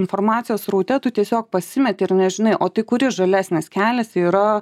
informacijos sraute tu tiesiog pasimeti ir nežinai o tai kuri žalesnės keliasi yra